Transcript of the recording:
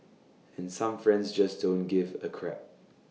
and some friends just don't give A crap